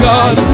God